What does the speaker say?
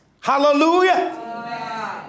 Hallelujah